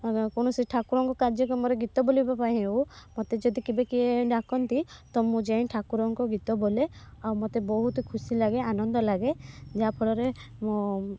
କୌଣସି ଠାକୁରଙ୍କ କାର୍ଯ୍ୟକର୍ମରେ ଗୀତ ବୋଲିବା ପାଇଁ ହେଉ ମୋତେ ଯଦି କେବେ କିଏ ଡାକନ୍ତି ତ ମୁଁ ଯାଇ ଠାକୁରଙ୍କ ଗୀତ ବୋଲେ ଆଉ ମୋତେ ବହୁତ ଖୁସି ଲାଗେ ଆନନ୍ଦ ଲାଗେ ଯାହାଫଳରେ ମୋ